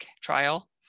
trial